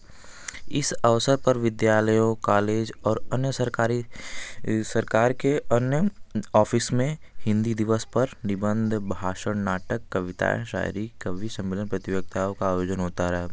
इस अवसर पर विद्यालयों कॉलेज और अन्य सरकारी सरकार के अन्य ऑफ़िस में हिंदी दिवस पर निबंध भाषण नाटक कविताएँ शायरी कवि सम्मेलन प्रतियोगिताओं का आयोजन होता रहा